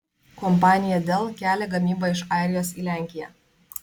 kompanija dell kelia gamybą iš airijos į lenkiją